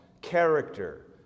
character